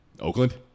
Oakland